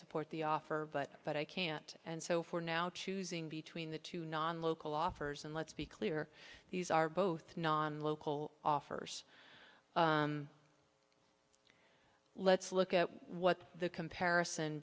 support the offer but but i can't and so for now choosing between the two non local offers and let's be clear these are both non local offers let's look at what the comparison